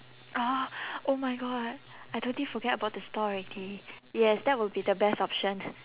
ah oh my god I totally forget about the store already it yes that will be the best option